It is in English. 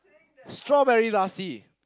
strawberry lassi